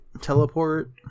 teleport